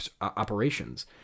operations